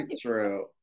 True